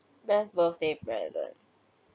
best birthday present